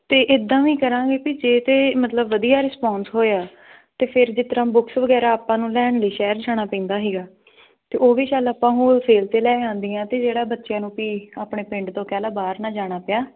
ਅਤੇ ਇੱਦਾਂ ਵੀ ਕਰਾਂਗੇ ਵੀ ਜੇ ਤਾਂ ਮਤਲਬ ਵਧੀਆ ਰਿਸਪਾਂਸ ਹੋਇਆ ਤਾਂ ਫਿਰ ਜਿਸ ਤਰਾਂ ਬੁਕਸ ਵਗੈਰਾ ਆਪਾਂ ਨੂੰ ਲੈਣ ਲਈ ਸ਼ਹਿਰ ਜਾਣਾ ਪੈਂਦਾ ਸੀਗਾ ਅਤੇ ਉਹ ਵੀ ਚੱਲ ਆਪਾਂ ਹੋਲਸੇਲ 'ਤੇ ਲੈ ਆਂਦੀਆਂ ਅਤੇ ਜਿਹੜਾ ਬੱਚਿਆਂ ਨੂੰ ਵੀ ਆਪਣੇ ਪਿੰਡ ਤੋਂ ਕਹਿ ਲਾ ਬਾਹਰ ਨਾ ਜਾਣਾ ਪਿਆ